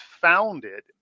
founded